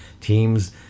teams